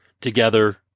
together